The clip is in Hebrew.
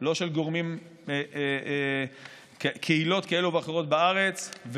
של גורמים וקהילות כאלה ואחרות בארץ,